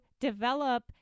develop